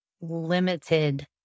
limited